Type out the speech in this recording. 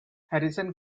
harrison